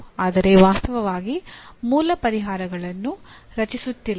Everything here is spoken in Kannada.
ಆದರೆ ವಾಸ್ತವವಾಗಿ ಮೂಲ ಪರಿಹಾರಗಳನ್ನು ರಚಿಸುತ್ತಿಲ್ಲ